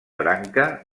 branca